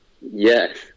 Yes